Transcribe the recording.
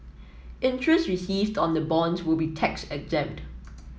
interest received on the bonds will be tax exempt